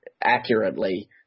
accurately